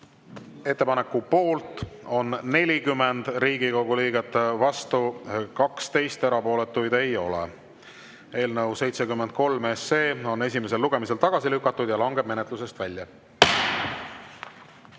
Ettepaneku poolt on 40 Riigikogu liiget, vastu 12, erapooletuid ei ole. Eelnõu 73 on esimesel lugemisel tagasi lükatud ja langeb menetlusest välja.